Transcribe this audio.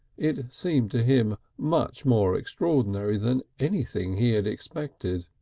it seemed to him much more extraordinary than anything he had expected.